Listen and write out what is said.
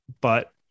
but-